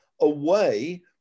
away